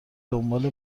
دنبال